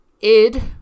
Id